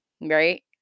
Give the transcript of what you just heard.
Right